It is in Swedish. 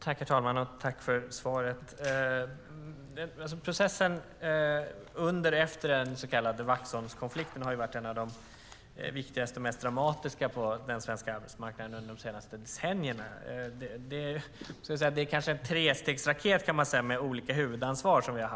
Herr talman! Tack, ministern, för svaret! Processen under och efter den så kallade Vaxholmskonflikten har varit en de viktigaste och mest dramatiska på den svenska arbetsmarknaden under de senaste decennierna. Man kan säga att vi har haft en trestegsraket med olika huvudansvar.